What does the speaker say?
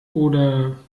oder